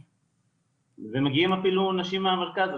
מגיעות אפילו נשים מהמרכז.